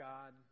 God